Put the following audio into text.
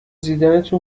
دیدنتون